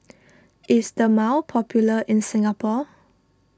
is Dermale popular in Singapore